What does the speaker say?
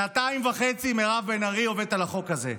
שנתיים וחצי מירב בן ארי עובדת על החוק הזה.